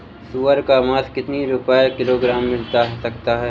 सुअर का मांस कितनी रुपय किलोग्राम मिल सकता है?